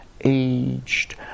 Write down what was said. aged